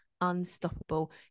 unstoppable